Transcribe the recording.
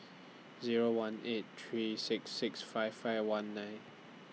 Zero one eight three six six five five one nine